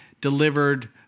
delivered